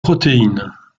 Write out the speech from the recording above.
protéines